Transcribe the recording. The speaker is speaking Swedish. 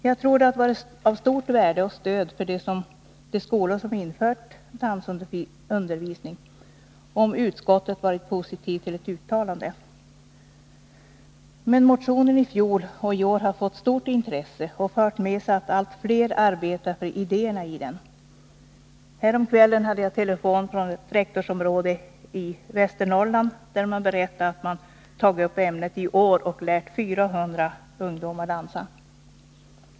Jag tror att det hade varit av stort värde och ett stöd för de skolor som infört dansundervisning, om utskottet ställt sig positivt till ett uttalande. Men motionen i fjol och i år har rönt stort intresse och medfört att allt flera arbetar för idéerna i den. Häromkvällen fick jag telefon från ett rektorsområde i Västernorrland. Man berättade att man i år hade lärt 400 ungdomar att dansa.